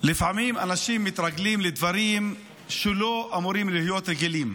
לפעמים אנשים מתרגלים לדברים שלא אמורים להיות רגילים.